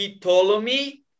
Ptolemy